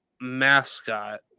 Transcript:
mascot